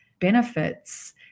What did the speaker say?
benefits